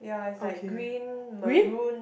okay green